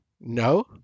no